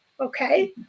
okay